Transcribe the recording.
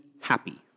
happy